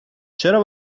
چرا